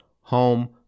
home